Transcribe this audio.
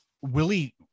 Willie